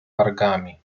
wargami